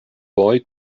boy